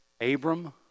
Abram